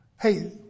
hey